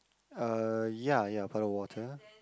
uh ya ya puddle of water